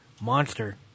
Monster